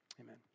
Amen